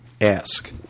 Ask